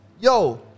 yo